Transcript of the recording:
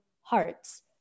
hearts